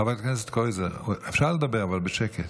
חבר הכנסת קרויזר, אפשר לדבר אבל בשקט.